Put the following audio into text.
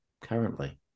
currently